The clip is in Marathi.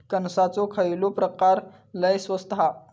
कणसाचो खयलो प्रकार लय स्वस्त हा?